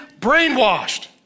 brainwashed